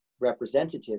representative